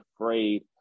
afraid